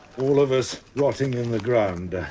all of us rotting in the ground.